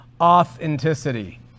authenticity